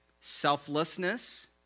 selflessness